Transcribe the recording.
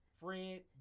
Fred